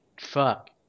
Fuck